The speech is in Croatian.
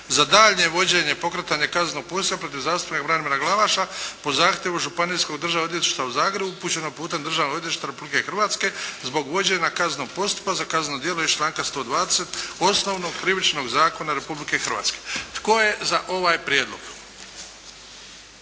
za daljnje vođenje i pokretanje kaznenog postupka protiv zastupnika Branimira Glavaša po zahtjevu Županijskog državnog odvjetništva u Zagrebu upućenog putem Državnog odvjetništva Republike Hrvatske zbog vođenja kaznenog postupka za kazneno djelo iz članka 120. Osnovnog krivičnog zakona Republike Hrvatske. Tko je za ovaj prijedlog?